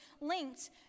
linked